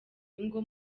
ingo